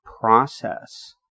process